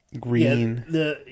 Green